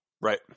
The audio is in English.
Right